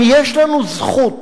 אם יש לנו זכות,